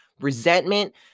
resentment